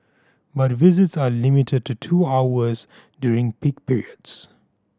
but visits are limited to two hours during peak periods